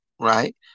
right